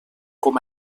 com